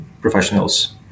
professionals